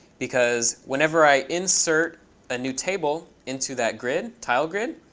because whenever i insert a new table into that grid, tilegrid,